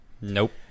nope